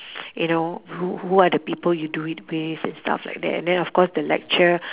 you know who who are the people you do it with and stuff like that and then of course the lecture